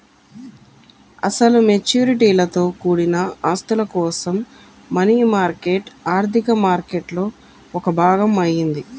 అసలు మెచ్యూరిటీలతో కూడిన ఆస్తుల కోసం మనీ మార్కెట్ ఆర్థిక మార్కెట్లో ఒక భాగం అయింది